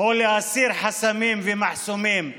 או להסיר חסמים ומחסומים טבעיים,